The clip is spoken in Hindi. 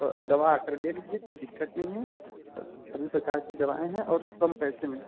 आप दवा आकर ले लीजिए कोई दिक़्क़त नहीं है सभी प्रकार की दवाएँ हैं और कम पैसे में